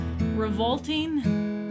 revolting